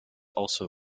also